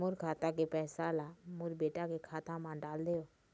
मोर खाता के पैसा ला मोर बेटा के खाता मा डाल देव?